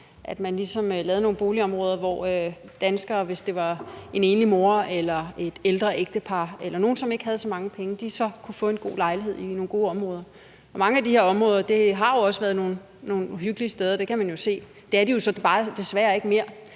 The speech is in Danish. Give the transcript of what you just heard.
ligesom lavede nogle boligområder, hvor danskere, hvis det var en enlig mor eller et ældre ægtepar eller nogen, som ikke havde så mange penge, så kunne få en god lejlighed i nogle gode områder. Og mange af de her områder har jo også været nogle hyggelige steder. Det kan man jo se. Det er de jo så desværre bare ikke mere,